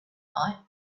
night